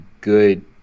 good